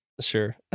Sure